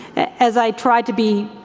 as i tried to be